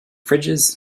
fridges